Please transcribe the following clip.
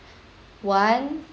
one